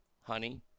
honey